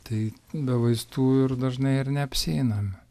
tai be vaistų ir dažnai ir neapsieinama